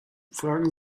fragen